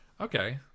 okay